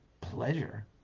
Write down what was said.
pleasure